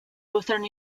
lutheran